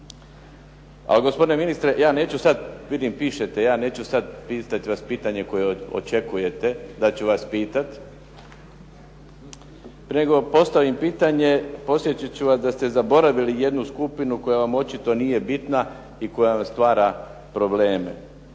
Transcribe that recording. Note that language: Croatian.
A gospodine ministre ja neću sad vidim pišete, ja neću sad pitati vas pitanje koje očekujete da ću vas pitati. Prije nego postavim pitanje podsjetit ću vas da ste zaboravili jednu skupinu koja vam očito nije bitna i koja vam stvara probleme.